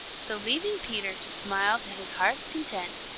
so leaving peter to smile to his heart's content,